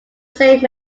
same